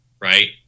right